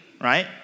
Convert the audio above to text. right